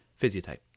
physiotype